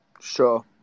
Sure